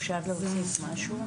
אפשר להוסיף משהו?